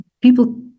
People